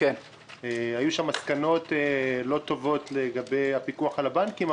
היו שם מסקנות לא טובות לגבי הפיקוח על הבנקים,